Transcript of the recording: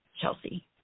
Chelsea